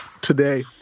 today –